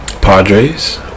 Padres